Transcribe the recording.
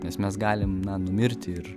nes mes galim na numirti ir